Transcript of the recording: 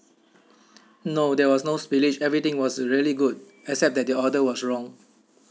no there was no spillage everything was really good except that the order was wrong